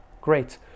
Great